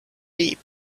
deep